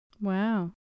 Wow